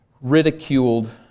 ridiculed